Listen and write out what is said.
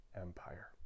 empire